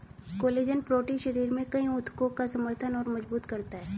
collagen protein शरीर में कई ऊतकों का समर्थन और मजबूत करता है